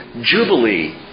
Jubilee